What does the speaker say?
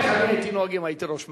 איך אני הייתי נוהג אם הייתי ראש ממשלה?